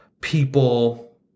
people